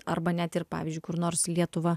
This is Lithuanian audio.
arba net ir pavyzdžiui kur nors lietuvą